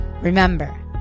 Remember